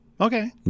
Okay